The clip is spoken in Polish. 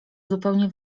zupełnie